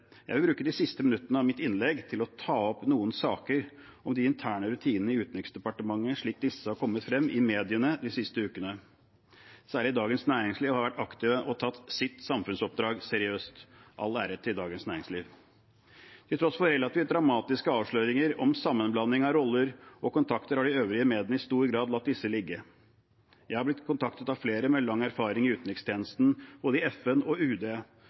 Jeg vil bruke de siste minuttene av mitt innlegg til å ta opp noen saker om de interne rutinene i Utenriksdepartementet, slik disse har kommet frem i mediene de siste ukene. Særlig Dagens Næringsliv har vært aktive og tatt sitt samfunnsoppdrag seriøst. All ære til Dagens Næringsliv. Til tross for relativt dramatiske avsløringer om sammenblanding av roller og kontakter har de øvrige mediene i stor grad latt disse ligge. Jeg har blitt kontaktet av flere med lang erfaring i utenrikstjenesten, både i FN og i UD,